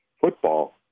football